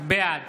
בעד